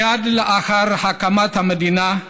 מייד לאחר הקמת המדינה,